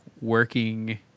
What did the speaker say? working